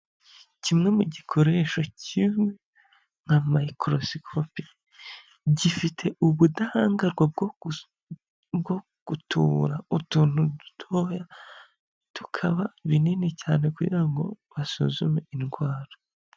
Kimwe mu gikoresho kizwi nka microscopy, gifite ubudahangarwa bwo gutubura utuntu dutoya tukaba binini cyane kugira ngo basuzume indwara.